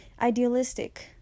idealistic